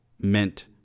meant